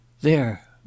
There